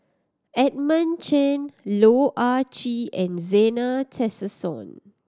Edmund Chen Loh Ah Chee and Zena Tessensohn